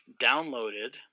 downloaded